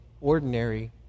ordinary